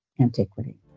antiquity